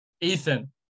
Ethan